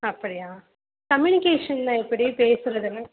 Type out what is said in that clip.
அப்படியா கம்யூனிகேஷன்லாம் எப்படி பேசுகிறதுலாம்